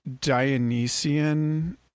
Dionysian